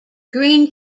green